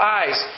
eyes